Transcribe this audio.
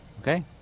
Okay